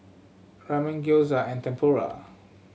Ramen Gyoza and Tempura